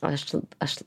aš aš